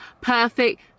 perfect